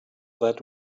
that